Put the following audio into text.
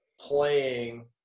playing